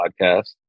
podcast